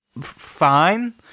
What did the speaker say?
fine